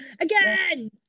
again